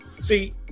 See